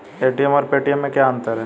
ATM और Paytm में क्या अंतर है?